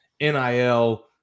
NIL